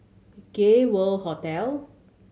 Gay World Hotel